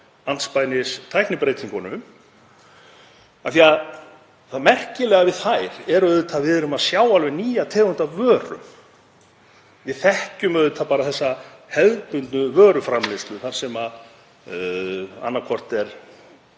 andspænis tæknibreytingunum af því að það merkilega við þær er auðvitað að við erum að sjá alveg nýja tegund af vöru. Við þekkjum auðvitað þessa hefðbundnu vöruframleiðslu þar sem náttúruauðlindin